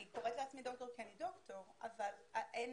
אני קוראת לעצמי דוקטור כי אני